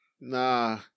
nah